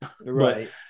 Right